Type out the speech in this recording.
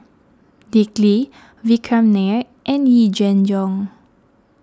Dick Lee Vikram Nair and Yee Jenn Jong